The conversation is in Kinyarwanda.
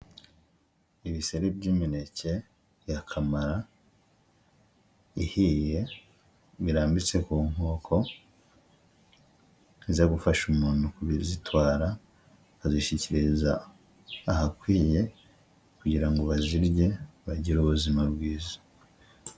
Ibiseri by'imineke bya kamara ihiye birambitse ku nkoko, biza gufasha umuntu kubizitwara akazishyikiriza ahakwiye kugira ngo bazirye bagire ubuzima bwiza.